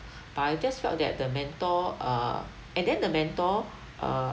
but I just felt that the mentor err and then the mentor err